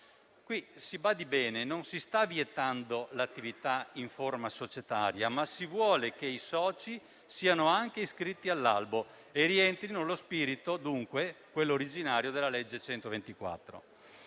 Si badi bene, qui non si sta vietando l'attività in forma societaria, ma si vuole che i soci siano anche iscritti all'albo e rientrino nello spirito originario della legge n.